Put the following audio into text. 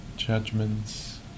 Judgments